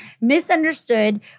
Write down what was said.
Misunderstood